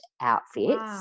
outfits